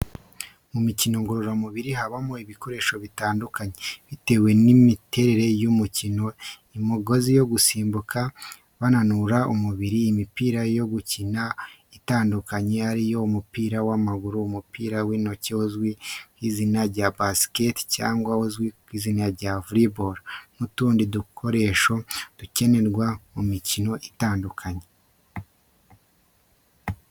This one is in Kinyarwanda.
Mu mikino ngororamubiri habamo ibikoresho bitandukanye, bitewe n'imiterere y'umukino, imogozi yo gusimbuka bananura umubiri, imipira yo gukina itandukanye, ariyo umupira w'amaguru, umupira w'intoki uzwi ku izina rya basikete cyangwa uzwi ku izina rya volleyball, n'utundi dukoresho dukenerwa mu mikino itandukanye.